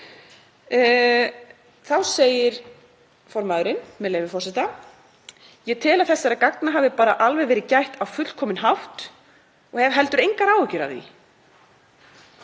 Þá segir formaðurinn: „Ég tel að þessara gagna hafi bara alveg verið gætt á fullkominn hátt og hef heldur engar áhyggjur af því.“